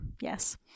yes